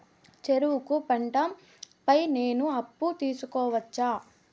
చెరుకు పంట పై నేను అప్పు తీసుకోవచ్చా?